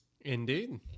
Indeed